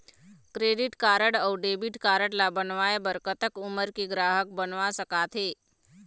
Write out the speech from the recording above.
Credit card अऊ debit card ला बनवाए बर कतक उमर के ग्राहक बनवा सका थे?